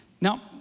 Now